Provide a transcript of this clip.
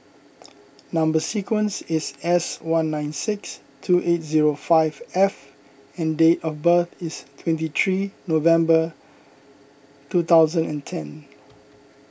Number Sequence is S one nine six two eight zero five F and date of birth is twenty three November two thousand and ten